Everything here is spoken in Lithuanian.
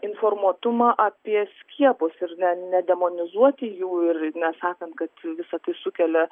informuotumą apie skiepus ir nedemonizuoti jų ir nesakant kad visa tai sukelia